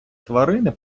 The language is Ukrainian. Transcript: тварини